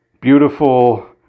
beautiful